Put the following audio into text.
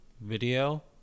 video